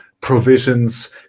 provisions